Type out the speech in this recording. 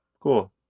Cool